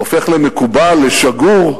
הופך למקובל, לשגור,